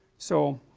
so,